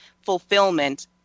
fulfillment